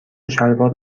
شلوار